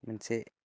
मोनसे